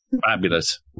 fabulous